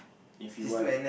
if you want